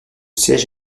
siège